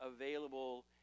available